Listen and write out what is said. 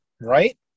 Right